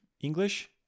English